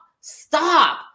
stop